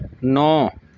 نو